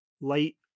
light